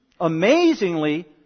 amazingly